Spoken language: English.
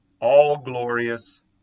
all-glorious